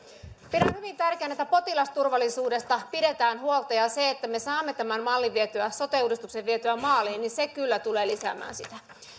pidän hyvin tärkeänä että potilasturvallisuudesta pidetään huolta ja se että me saamme tämän mallin sote uudistuksen vietyä maaliin tulee kyllä lisäämään sitä